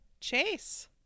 Chase